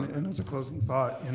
and as a closing thought, and